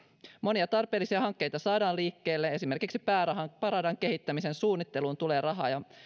monia tarpeellisia hankkeita saadaan liikkeelle esimerkiksi pääradan pääradan kehittämisen suunnitteluun tulee rahaa ja